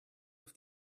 auf